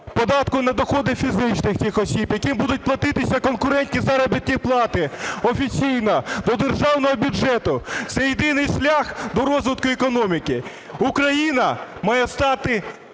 податку на доходи фізичних осіб, яким будуть платитися конкурентні заробітні плати офіційно, до державного бюджету – це єдиний шлях до розвитку економіки. Україна має стати